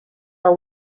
are